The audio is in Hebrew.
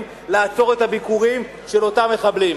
לעצור את הביקורים של אותם מחבלים.